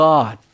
God